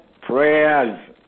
prayers